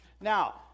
Now